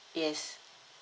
yes